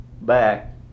back